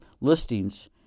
listings